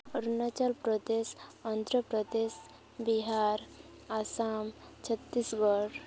Arunachal Pradesh Andhra Pradesh Bihar Assam Chhattisgarh